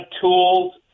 tools